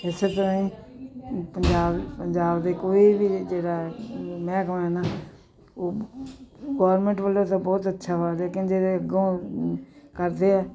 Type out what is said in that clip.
ਇਸ ਤਰ੍ਹਾਂ ਹੀ ਪੰਜਾਬ ਪੰਜਾਬ ਦੇ ਕੋਈ ਵੀ ਜਿਹੜਾ ਮਹਿਕਮਾ ਨਾ ਉਹ ਗੌਰਮੈਂਟ ਵੱਲੋਂ ਤਾਂ ਬਹੁਤ ਅੱਛਾ ਵਾ ਲੇਕਿਨ ਜਿਹੜਾ ਅੱਗੋਂ ਕਰਦੇ ਆ